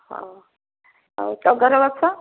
ହଉ ଆଉ ଟଗର ଗଛ